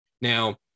Now